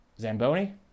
Zamboni